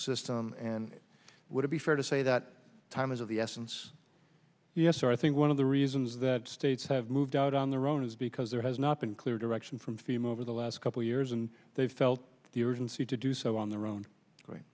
system and would it be fair to say that time is of the essence yes i think one of the reasons that states have moved out on their own is because there has not been clear direction from female over the last couple of years and they've felt the urgency to do so on their own